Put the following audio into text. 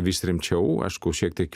vis rimčiau aišku šiek tiek